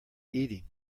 eating